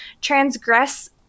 transgress